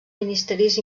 ministeris